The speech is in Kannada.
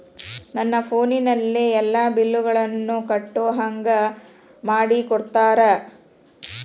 ನನ್ನ ಫೋನಿನಲ್ಲೇ ಎಲ್ಲಾ ಬಿಲ್ಲುಗಳನ್ನೂ ಕಟ್ಟೋ ಹಂಗ ಮಾಡಿಕೊಡ್ತೇರಾ?